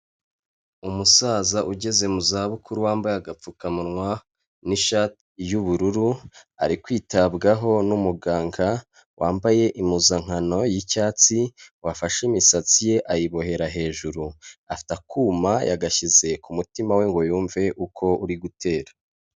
Umusaza ugeze mu za bukuru wambaye agapfukamunwa n'ishati y'ubururu, ari kwitabwaho n'umuganga wambaye impuzankano y'icyatsi wafashe imisatsi ye ayibohera hejuru, afite akuma yagashyize ku mutima we ngo yumve uko uri gutera.